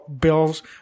Bills